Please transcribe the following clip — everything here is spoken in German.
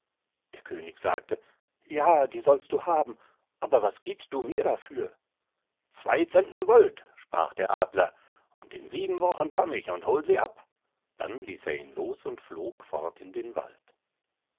der könig sagte ja die sollst du haben aber was giebst du mir dafür zwei centner gold sprach der adler und in sieben wochen komm ich und hol sie ab dann ließ er ihn los und flog fort in den wald